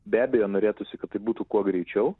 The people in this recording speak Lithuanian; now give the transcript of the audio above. be abejo norėtųsi kad tai būtų kuo greičiau